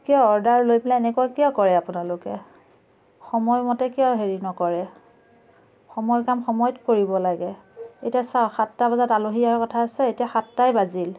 কিয় অৰ্ডাৰ লৈ পেলাই এনেকুৱা কিয় কৰে আপোনালোকে সময়মতে কিয় হেৰি নকৰে সময়ৰ কাম সময়ত কৰিব লাগে এতিয়া চাওক সাতটা বজাত আলহী অহাৰ কথা আছে এতিয়া সাতটাই বাজিল